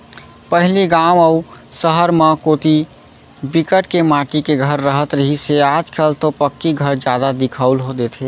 पहिली गाँव अउ सहर म कोती बिकट के माटी के घर राहत रिहिस हे आज कल तो पक्की घर जादा दिखउल देथे